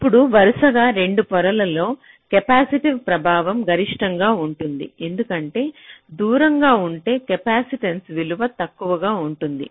ఇప్పుడు వరుసగా 2 పొరలలో కెపాసిటివ్ ప్రభావం గరిష్టంగా ఉంటుంది ఎందుకంటే దూరంగా ఉంటే కెపాసిటెన్స విలువ తక్కువగా ఉంటుంది